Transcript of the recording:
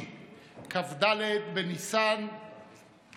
כבוד נשיאת בית המשפט העליון,